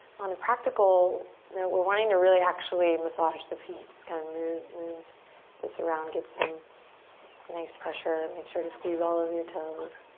on a practical note, we're wanting to really actually massage the feet, just kind of move move this around, get some nice pressure. make sure to squeeze all of your toes.